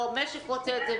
לא המשק רוצה את זה,